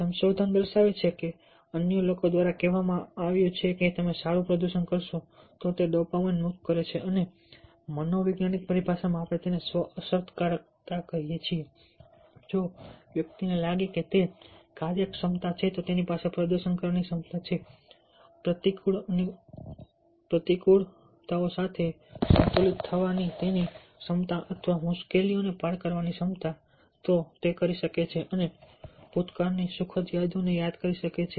સંશોધન દર્શાવે છે કે અન્ય લોકો દ્વારા કહેવામાં આવ્યું છે કે તમે સારું પ્રદર્શન કરશો ડોપામાઇન પણ મુક્ત કરે છે અને મનોવૈજ્ઞાનિક પરિભાષામાં આપણે તેને સ્વ અસરકારકતા કહીએ છીએ જો વ્યક્તિને લાગે છે કે તે કાર્યક્ષમતા છે તો તેની પાસે પ્રદર્શન કરવાની ક્ષમતા છે પ્રતિકૂળતાઓ સાથે સંતુલિત થવાની તેની ક્ષમતા અથવા મુશ્કેલીઓને પાર કરવાની ક્ષમતા તે તે કરી શકે છે અને ભૂતકાળની સુખદ યાદોને યાદ કરી શકે છે